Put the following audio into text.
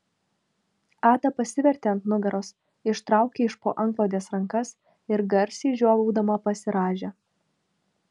ada pasivertė ant nugaros ištraukė iš po antklodės rankas ir garsiai žiovaudama pasirąžė